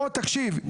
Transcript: בוא תקשיב,